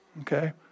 okay